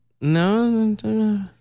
No